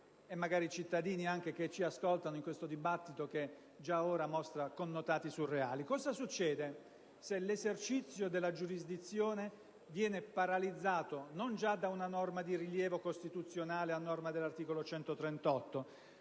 e, magari, cittadini che ci ascoltano in questo dibattito che già da ora mostra connotati surreali, cosa succede se l'esercizio della giurisdizione viene paralizzato, non già da una disposizione di rilievo costituzionale, a norma dell'articolo 138,